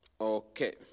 Okay